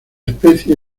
especie